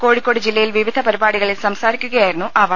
കോ ഴിക്കോട് ജില്ലയിൽ വിവിധ പരിപാടികളിൽ സംസാരിക്കുകയായിരുന്നു അ വർ